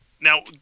Now